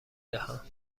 دهم